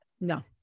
No